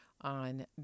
on